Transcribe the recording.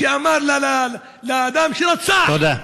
שאמר לאדם שרצח, תודה.